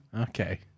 Okay